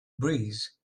breeze